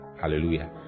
Hallelujah